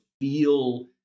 feel